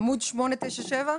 עמוד 897?